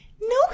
No